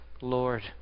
Lord